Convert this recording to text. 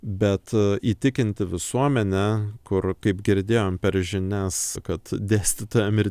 bet įtikinti visuomenę kur kaip girdėjom per žinias kad dėstytojam ir